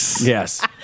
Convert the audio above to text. Yes